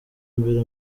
imbere